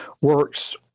works